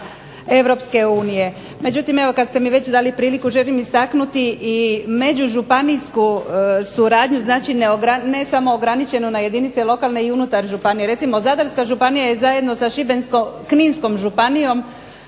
sredstva EU. Međutim, kada ste mi već dali priliku želim istaknuti i međužupanijsku suradnju znači ne samo ograničeno na jedince i lokalne i unutar županije. Recimo Zadarska županija je zajedno sa Šibensko-kninskom županijom